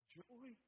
joy